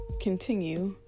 continue